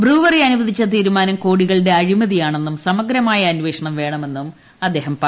brewery അനുവദിച്ച തീരുമാനം കോടികളുടെ അഴിമതിയാണെന്നും സമഗ്രമായ അന്വേഷണം വേണമെന്നും അദ്ദേഹം പറഞ്ഞു